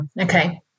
Okay